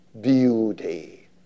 Beauty